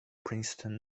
princeton